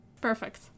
Perfect